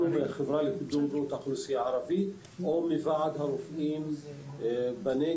החברה לקידום בריאות האוכלוסייה הערבית או מוועד הרופאים בנגב